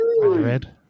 Red